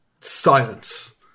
Silence